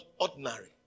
ordinary